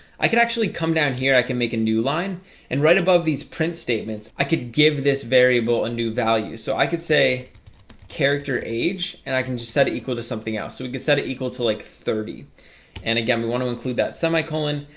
i could actually come down here i can make a new line and right above these print statements. i could give this variable a new value so i could say character age and i can just set it equal to something else so we can set it equal to like thirty and again, we want to include that semicolon.